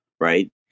right